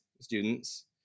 students